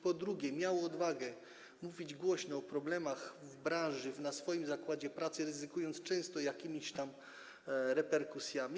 Po drugie, miał odwagę mówić głośno o problemach w branży, w swoim zakładzie pracy, ryzykując często jakimiś reperkusjami.